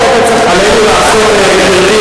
אופיר.